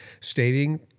stating